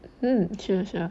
mm 是啊是啊